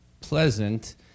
pleasant